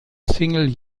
single